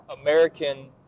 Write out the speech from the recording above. American